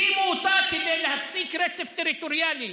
הקימו אותה כדי להשיג רצף טריטוריאלי.